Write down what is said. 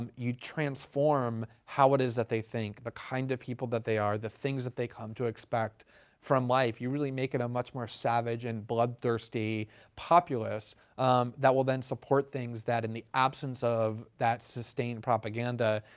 um you transform how it is that they think, the kind of people that they are, the things that they come to expect from life. you really make it a much more savage and bloodthirsty populace that will then support things that in the absence of that sustained propaganda,